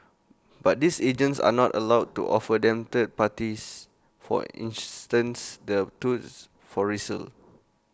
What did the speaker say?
but these agents are not allowed to offer them third parties for instance the touts for resale